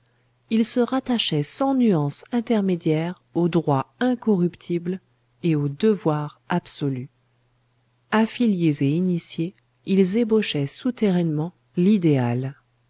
ils se rattachaient sans nuance intermédiaire au droit incorruptible et au devoir absolu affiliés et initiés ils ébauchaient souterrainement l'idéal